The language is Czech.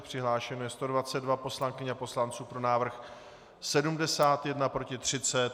Přihlášeno je 122 poslankyň a poslanců, pro návrh 71, proti 30.